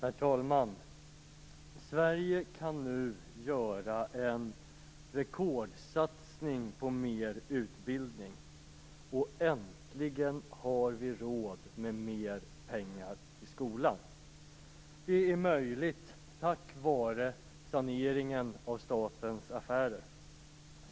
Herr talman! Sverige kan nu göra en rekordsatsning på mer utbildning. Äntligen har vi råd med mer pengar till skolan. Det är möjligt tack vare saneringen av statens affärer.